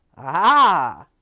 ah!